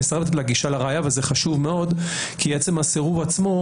זה חשוב מאוד כי עצם הסירוב עצמו,